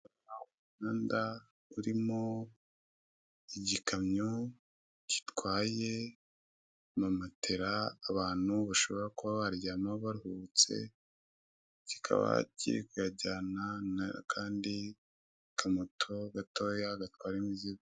Umuhanda urimo igikamyo gitwaye ama matera abantu bashobora kuba baryamaho baruhutse, kikaba kirikuyajyana nakandi kamoto gatoya gatwara imizigo.